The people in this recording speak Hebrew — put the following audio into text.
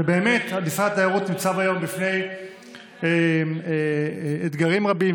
ומשרד התיירות ניצב היום בפני אתגרים רבים,